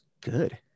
good